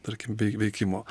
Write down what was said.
tarkim vei veikimo